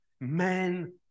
men